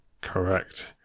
Correct